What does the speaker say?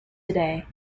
today